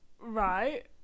right